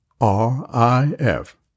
R-I-F